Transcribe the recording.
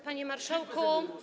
Panie Marszałku!